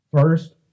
First